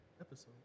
episode